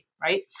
right